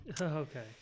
Okay